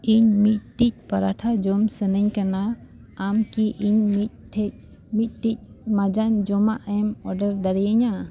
ᱤᱧ ᱢᱤᱫᱴᱟᱝ ᱯᱚᱨᱳᱴᱷᱟ ᱡᱚᱢ ᱥᱟᱱᱟᱧ ᱠᱟᱱᱟ ᱟᱢ ᱠᱤ ᱤᱧ ᱢᱤᱫᱴᱷᱮᱱ ᱢᱤᱫᱴᱟᱝ ᱢᱟᱡᱟᱱ ᱡᱚᱢᱟᱜ ᱮᱢ ᱚᱰᱟᱨ ᱫᱟᱲᱮᱭᱤᱧᱟᱹ